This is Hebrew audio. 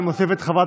אני מוסיף את חברת